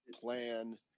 plan